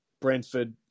Brentford